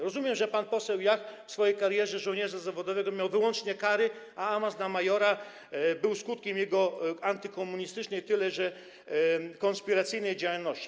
Rozumiem, że pan poseł Jach w swojej karierze żołnierza zawodowego miał wyłącznie kary, a awans na majora był skutkiem jego antykomunistycznej, tyle że konspiracyjnej działalności.